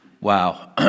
Wow